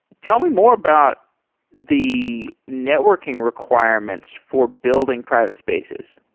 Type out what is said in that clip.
tell me more about the networking requirements for building private spaces